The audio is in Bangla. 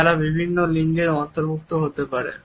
যারা বিভিন্ন লিঙ্গের অন্তর্ভুক্ত হতে পারে